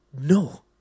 no